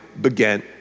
began